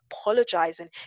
apologizing